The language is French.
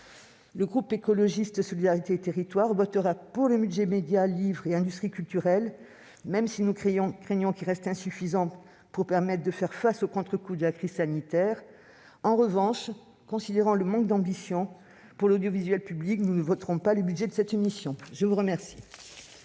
Le groupe Écologiste - Solidarité et Territoires votera le budget de la mission « Médias, livre et industries culturelles », même si nous craignons qu'il reste insuffisant pour permettre de faire face au contrecoup de la crise sanitaire. En revanche, considérant le manque d'ambition pour l'audiovisuel public, il ne votera pas le budget du compte spécial. La parole